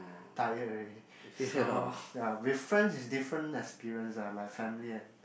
tired already so with friends it's different experience lah like family and